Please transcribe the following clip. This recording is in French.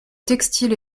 textile